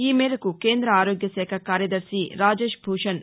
ఈ మేరకు కేంద్ర ఆరోగ్యశాఖ కార్యదర్శి రాజేష్భూషణ్